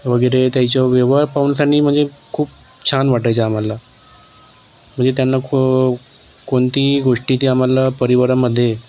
वगैरे त्यांचा व्यवहार पाहूनसनी म्हणजे खूप छान वाटायचे आम्हाला म्हणजे त्यांना ख कोणती गोष्टी त्या आम्हाला परिवारामध्ये